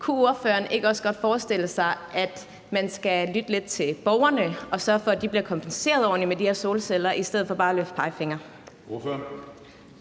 Kunne ordføreren ikke også godt forestille sig, at man skulle lytte lidt til borgerne og sørge for, at de bliver kompenseret ordentligt for de her solceller, i stedet for bare at løfte pegefingre?